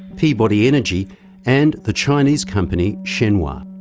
peabody energy and the chinese company, shenhua.